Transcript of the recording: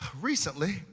recently